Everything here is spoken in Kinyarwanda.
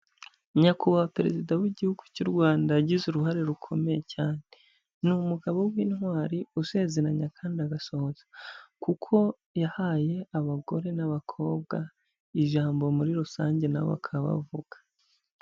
Nyakubahwa perezida w'igihugu cy'u Rwanda yagize uruhare rukomeye cyane, ni umugabo w'intwari usezeranya kandi agasohoza, kuko yahaye abagore n'abakobwa ijambo muri rusange nabo bakaba bavuga.